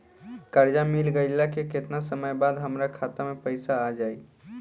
कर्जा मिल गईला के केतना समय बाद हमरा खाता मे पैसा आ जायी?